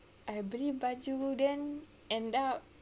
I beli baju then end up